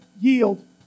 yield